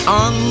on